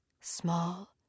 small